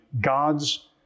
God's